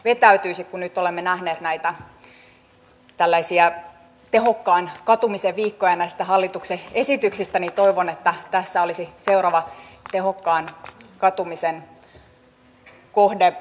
kun nyt olemme nähneet näitä tällaisia tehokkaan katumisen viikkoja näistä hallituksen esityksistä niin toivon että tässä olisi seuraava tehokkaan katumisen kohde